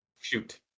Shoot